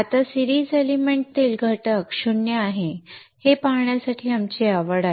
आता series element 0 आहे हे पाहण्यात आमची आवड आहे